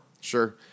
Sure